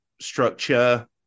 structure